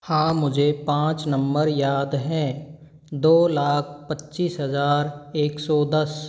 हाँ मुझे पाँच नंबर याद है दो लाख पच्चीस हज़ार एक सौ दस